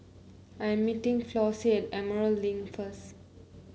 I am meeting Flossie at Emerald Link first